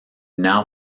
now